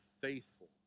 faithful